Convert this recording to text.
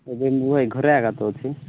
ଏବେ ମୁଁ ଏ ଘରେ ଆଗା ତ ଅଛି